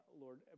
Lord